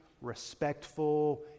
respectful